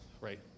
right